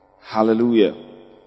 Hallelujah